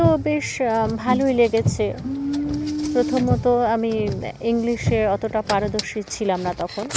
তো বেশ ভালোই লেগেছে প্রথমত আমি ইংলিশে অতটা পারদর্শী ছিলাম না তখন